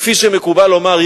כפי שמקובל לומר,